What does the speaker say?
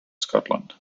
scotland